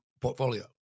portfolio